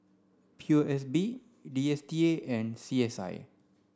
P O S B D S T A and C S I